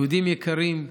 יהודים יקרים,